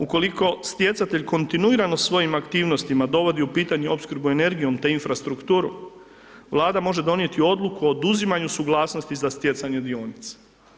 Ukoliko stjecatelj kontinuirano svojim aktivnostima dovodi u pitanje opskrbu te infrastrukturu, Vlada može donijeti odluku o oduzimanju suglasnosti za stjecanje dionica.